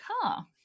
car